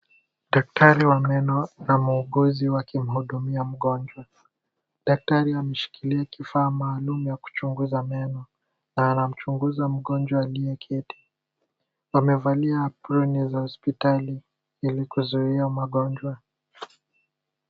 Daktari wa meno na muuguzi wakimhudumia mgonjwa. Daktari ameshikilia kifaa maalum ya kuchunguza meno na anamchunguza mgonjwa aliyeketi. Wamevalia aproni za hospitali ili kuzuia magonjwa.